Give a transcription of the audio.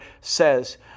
says